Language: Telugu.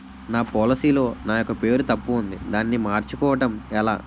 నా పోలసీ లో నా యెక్క పేరు తప్పు ఉంది దానిని మార్చు కోవటం ఎలా?